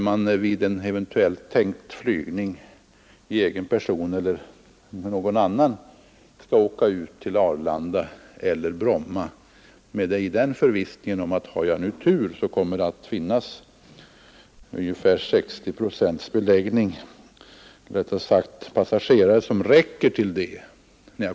Man skulle åka ut till Arlanda eller Bromma i förhoppning om att det skulle vara ungefär 60 procents beläggning, dvs. tillräckligt med passagerare för att planet skulle avgå.